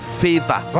favor